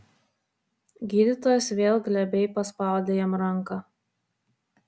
gydytojas vėl glebiai paspaudė jam ranką